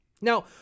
Now